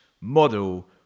model